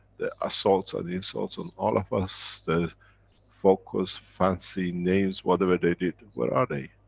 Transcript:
the assaults and insults, and all of us, the focus fancy names, whatever they did. where are they?